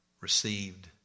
received